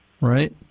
right